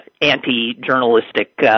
anti-journalistic